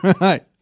Right